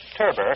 Turber